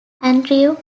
andrew